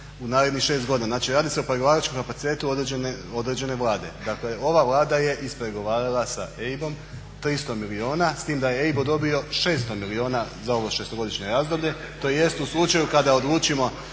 u narednih 6 godina. Znači, radi se o pregovaračkom kapacitetu određene Vlade. Dakle, ova Vlada je ispregovarala sa EIB-om 300 milijuna, s tim da je EIB odobrio 600 milijuna za ovo 6-godišnje razdoblje tj. u slučaju kada odlučimo